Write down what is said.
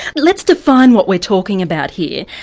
let's define what we're talking about here.